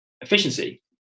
efficiency